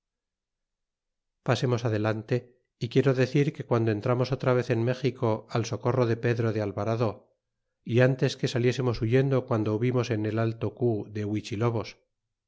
pasemos adelante y quiero decir que guando entramos otra vez en méxico al socorro de pedro de alvarado y ntes que saliesemos huyendo guando subimos en el alto cu de